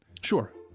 Sure